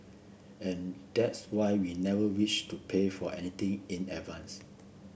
and that's why we never wished to pay for anything in advance